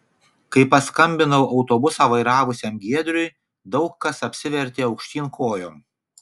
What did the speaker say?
kai paskambinau autobusą vairavusiam giedriui daug kas apsivertė aukštyn kojom